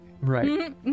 right